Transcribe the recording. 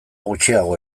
gutxiago